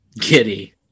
Giddy